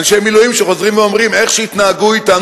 אנשי מילואים שחוזרים ואומרים: איך שהתנהגו אתנו,